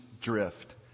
drift